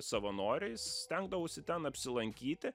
savanoriais stengdavausi ten apsilankyti